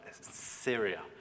Syria